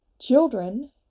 children